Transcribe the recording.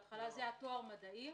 בהתחלה זה היה תואר מדעים.